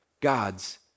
God's